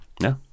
No